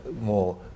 more